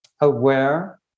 aware